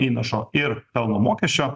įnašo ir pelno mokesčio